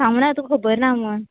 सांगुना तुका खबर ना म्हूण